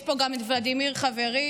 יש פה גם את ולדימיר, חברי,